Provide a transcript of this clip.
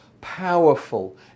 powerful